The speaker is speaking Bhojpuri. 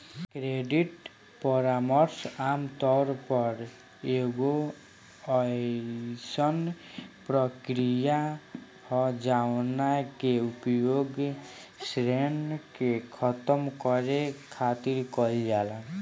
क्रेडिट परामर्श आमतौर पर एगो अयीसन प्रक्रिया ह जवना के उपयोग ऋण के खतम करे खातिर कईल जाला